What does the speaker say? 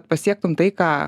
pasiektum tai ką